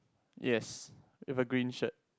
yes with a green shirt